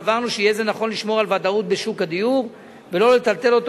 סברנו שיהיה זה נכון לשמור על ודאות בשוק הדיור ולא לטלטל אותו,